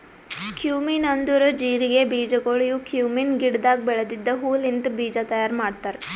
cumin ಅಂದುರ್ ಜೀರಿಗೆ ಬೀಜಗೊಳ್ ಇವು ಕ್ಯುಮೀನ್ ಗಿಡದಾಗ್ ಬೆಳೆದಿದ್ದ ಹೂ ಲಿಂತ್ ಬೀಜ ತೈಯಾರ್ ಮಾಡ್ತಾರ್